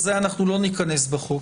לזה אנחנו לא ניכנס בחוק.